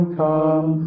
come